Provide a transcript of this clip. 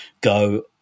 go